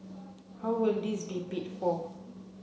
how will this be for